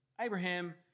Abraham